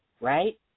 right